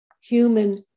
human